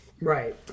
Right